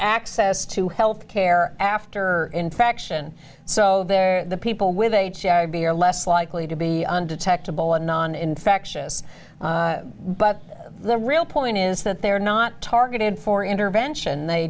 access to health care after infection so they're the people with a b are less likely to be undetectable and noninfectious but the real point is that they're not targeted for intervention they